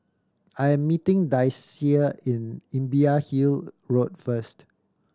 I am meeting Daisye in Imbiah Hill Road first